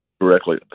Correctly